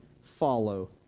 follow